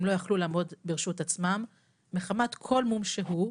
הם לא יכלו לעמוד ברשות עצמם מחמת כל מום שהוא.